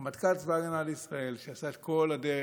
רמטכ"ל צבא ההגנה לישראל, שעשה את כל הדרך